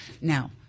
Now